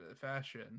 fashion